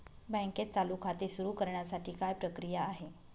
बँकेत चालू खाते सुरु करण्यासाठी काय प्रक्रिया आहे?